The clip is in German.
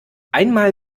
einmal